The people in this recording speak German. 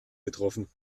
getroffen